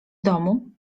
domu